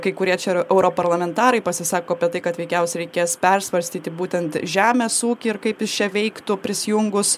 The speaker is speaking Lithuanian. kai kurie čia ir europarlamentarai pasisako apie tai kad veikiausia reikės persvarstyti būtent žemės ūkį ir kaip jis čia veiktų prisijungus